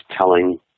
telling